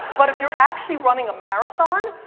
but if you're actually running a marathon,